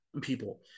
people